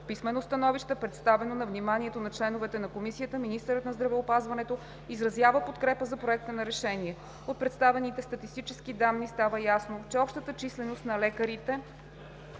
писмено становище, представено на вниманието на членовете на Комисията, министърът на здравеопазването изразява подкрепа за Проекта на решение. От представените статистически данни става ясно, че общата численост на лекарите